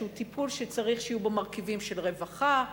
שהוא טיפול שצריך שיהיו בו מרכיבים של רווחה,